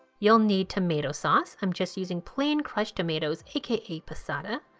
you'll need tomato sauce. i'm just using plain crushed tomatoes aka passata.